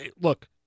look